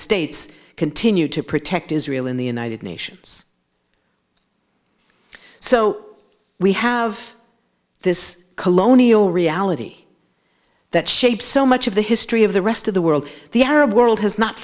states continue to protect israel in the united nations so we have this colonial reality that shapes so much of the history of the rest of the world the arab world has not